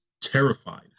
Terrified